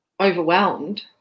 overwhelmed